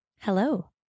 Hello